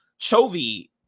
Chovy